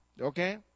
okay